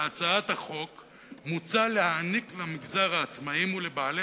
בהצעת החוק מוצע להעניק למגזר העצמאים ולבעלי